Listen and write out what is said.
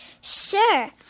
Sure